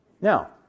Now